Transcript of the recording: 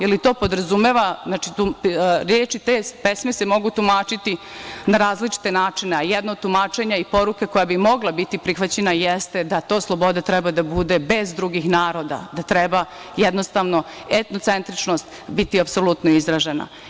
Da li to podrazumeva, znači reči te pesme se mogu tumačiti na različite načine, a jedno tumačenje i poruka koja bi mogla biti prihvaćena jeste da to sloboda treba da bude bez drugih naroda, da treba jednostavno etnocentričnost biti apsolutno izražena.